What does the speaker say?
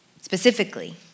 Specifically